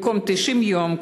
במקום 90 יום,